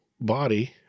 body